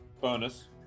bonus